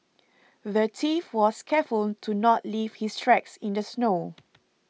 the thief was careful to not leave his tracks in the snow